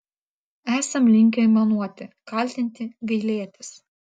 esam linkę aimanuoti kaltinti gailėtis